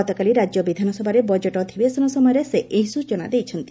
ଗତକାଲି ରାଜ୍ୟ ବିଧାନସଭାରେ ବଜେଟ୍ ଅଧିବେଶନ ସମୟରେ ସେ ଏହି ସୂଚନା ଦେଇଛନ୍ତି